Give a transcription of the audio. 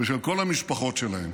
ושל כל המשפחות שלהם.